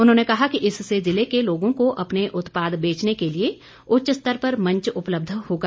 उन्होंने कहा कि इससे जिले के लोगों को अपने उत्पाद बेचने के लिए उच्च स्तर पर मंच उपलब्ध होगा